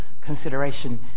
consideration